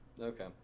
Okay